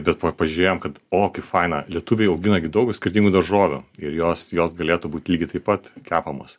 bet va pažiūrėjom kad o kaip faina lietuviai augina gi daug skirtingų daržovių ir jos jos galėtų būt lygiai taip pat kepamos